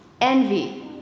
envy